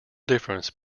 difference